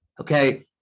Okay